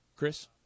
Chris